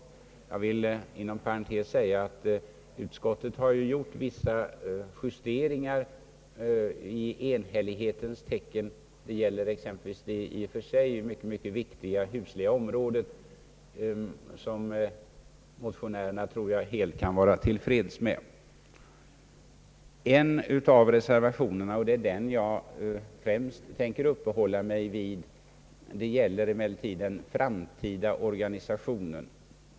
Jag vill inom parentes säga att utskottet har gjort vissa justeringar i enhällighetens tecken. Det gäller exempelvis det i och för sig mycket viktiga husliga området. På den punkten tror jag därför att motionärerna kan vara helt till freds. En av reservationerna — och det är den jag främst tänker uppehålla mig vid — gäller den framtida organisa tionen.